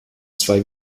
zwei